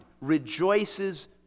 rejoices